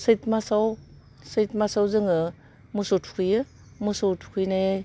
सैथ मासयाव सैथ मासयाव जोङो मोसौ थुखैयो मोसौ थुखैनाय